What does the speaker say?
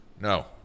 No